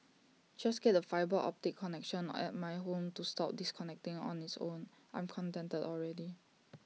just get the fibre optic connection at my home to stop disconnecting on its own I'm contented already